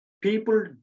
people